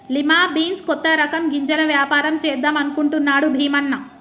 lima beans కొత్త రకం గింజల వ్యాపారం చేద్దాం అనుకుంటున్నాడు భీమన్న